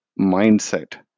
mindset